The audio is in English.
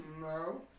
no